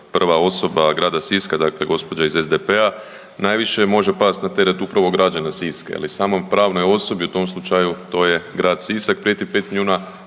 prva osoba grada Siska, dakle gospođa iz SDP-a najviše može pasti na teret upravo građana Siska ili samoj pravnoj osobi u tom slučaju to je grad Sisak prijeti 5 milijuna